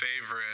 favorite